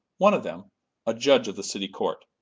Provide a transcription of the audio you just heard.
one of them a judge of the city court,